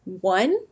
one